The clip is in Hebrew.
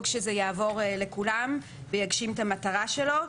שזה יעבור לכולם ויגשים את המטרה שלו.